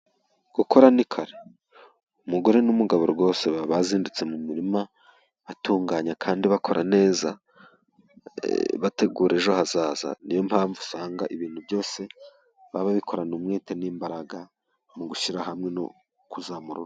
Gukora ni kare umugore n'umugabo rwose bazindutse mu murima, atunganya kandi bakora neza bategura ejo hazaza, niyo mpamvu usanga ibintu byose baba babikorana umwete n'imbaraga mu gushyira hamwe no kuzamura urugo.